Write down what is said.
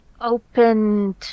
opened